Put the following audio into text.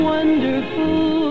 Wonderful